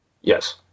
Yes